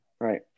right